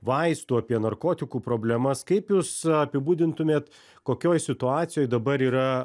vaistų apie narkotikų problemas kaip jūs apibūdintumėt kokioj situacijoj dabar yra